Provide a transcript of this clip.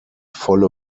volle